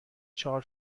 چهار